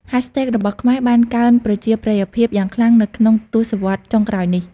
hashtags របស់ខ្មែរបានកើនប្រជាប្រិយភាពយ៉ាងខ្លាំងនៅក្នុងទសវត្សរ៍ចុងក្រោយនេះ។